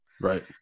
right